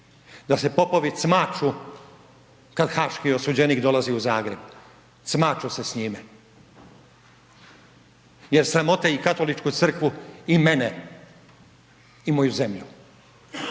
da se popovi cmaču kada haški osuđenik dolazi u Zagreb, cmaču se s njime, jer sramote i Katoličku crkvu i mene i moju zemlju.